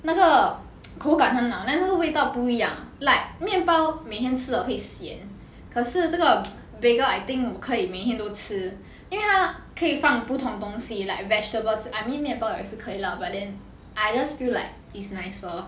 那个口感很好那个味道不一样 like 面包每天吃了会 sian 可是这个 bagel I think 我可以每天都吃因为他可以放不同东西 like vegetables I mean 面包也是可以 lah but then I just feel like it's nicer